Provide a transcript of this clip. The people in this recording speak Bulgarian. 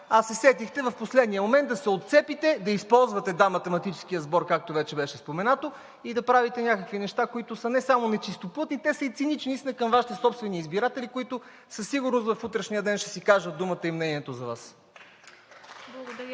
а се сетихте в последния момент да се отцепите, да използвате – да, математическия сбор, както вече беше споменато, и да правите някакви неща, които са не само нечистоплътни, те са и цинични наистина към Вашите собствени избиратели, които със сигурност в утрешния ден ще си кажат думата и мнението за Вас?